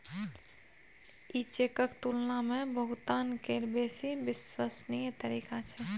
ई चेकक तुलना मे भुगतान केर बेसी विश्वसनीय तरीका छै